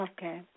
Okay